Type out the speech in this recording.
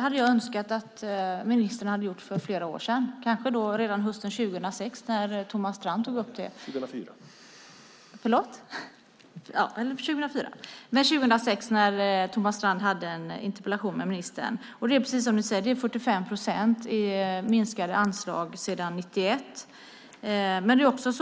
hade önskat att ministern hade gjort det här för flera år sedan, kanske redan hösten 2006 när Thomas Strand tog upp det i en interpellationsdebatt med ministern. Det är precis som du säger. Det är 45 procent i minskade anslag sedan 1991.